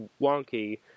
wonky